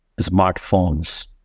smartphones